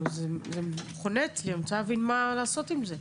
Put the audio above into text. זה חונה אצלי, אני רוצה להבין מה לעשות עם זה.